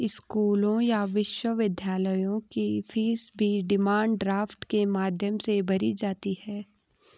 स्कूलों या विश्वविद्यालयों की फीस भी डिमांड ड्राफ्ट के माध्यम से भरी जाती है